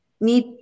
need